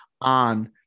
on